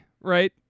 right